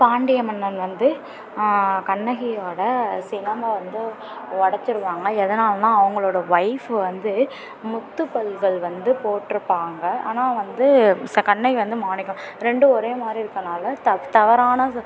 பாண்டிய மன்னன் வந்து கண்ணகியோடய சிலம்பை வந்து உடச்சிடுவாங்க எதனாலெனால் அவங்களோட ஒய்ஃப் வந்து முத்து பல்கள் வந்து போட்டிருப்பாங்க ஆனால் வந்து ச கண்ணகி வந்து மாணிக்கம் ரெண்டு ஒரே மாதிரி இருக்கிறதுனால த தவறான